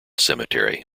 cemetery